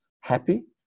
happy